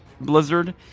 blizzard